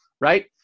right